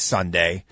Sunday